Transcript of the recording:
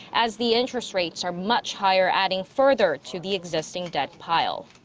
as the interest rates are much higher. adding further to the existing debt pile.